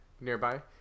nearby